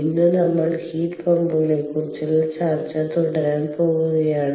ഇന്ന് നമ്മൾ ഹീറ്റ് പമ്പുകളെക്കുറിച്ചുള്ള ചർച്ച തുടരാൻ പോകുകയാണ്